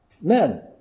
men